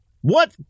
What